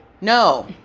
no